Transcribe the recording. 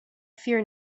fear